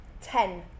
Ten